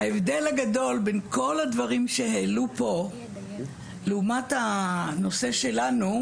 ההבדל הגדול בין כל הדברים שהעלו פה לעומת הנושא שלנו,